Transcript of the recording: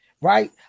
right